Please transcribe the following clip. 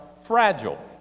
fragile